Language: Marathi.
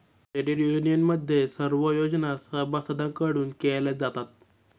क्रेडिट युनियनमध्ये सर्व योजना सभासदांकडून केल्या जातात